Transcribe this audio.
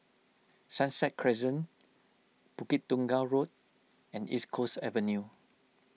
Sunset Crescent Bukit Tunggal Road and East Coast Avenue